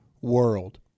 world